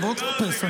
בוא תאפס.